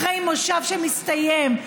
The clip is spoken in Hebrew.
אחרי מושב שמסתיים,